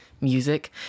music